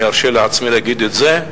אני ארשה לעצמי להגיד את זה,